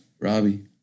Robbie